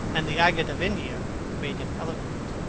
and the agate of india made him eloquent.